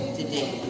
today